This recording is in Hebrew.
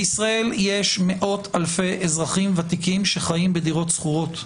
בישראל יש מאות אלפי אזרחים ותיקים שחיים בדירות שכורות.